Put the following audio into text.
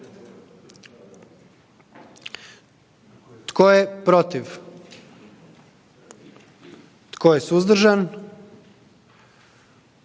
Tko je za? Tko je suzdržan?